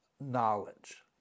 knowledge